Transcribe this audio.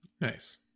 nice